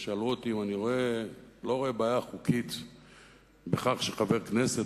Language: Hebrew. ושאלו אותי אם אני לא רואה בעיה חוקית בכך שחבר כנסת,